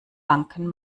banken